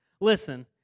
Listen